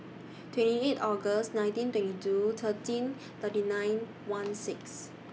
twenty eight August nineteen twenty two thirteen thirty nine one six